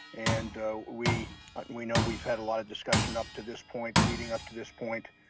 and we and we know we've had a lot of discussion up to this point, leading up to this point.